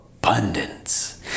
Abundance